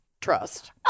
Trust